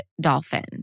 dolphin